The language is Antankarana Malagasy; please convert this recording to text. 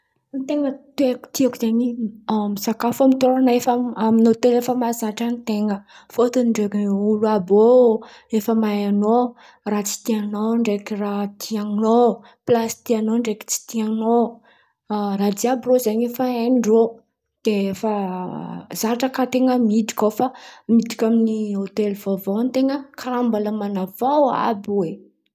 Ny ten̈a teatiako zen̈y misakafo amin’ny hôtel efa mahazatra an-ten̈a. Fotony ndray rô olo àby io, efa mahay an̈ao: raha tsy tian̈ao ndraiky raha tian̈ao, plasy tian̈ao ndraiky tsy tian̈ao a- raha jiàby zen̈y efa hain-drô. De efa zatra kà an-ten̈a miditry ao fa miditry amin’ny hôtely vaovao an-ten̈a karà mbala man̈avao àby oe.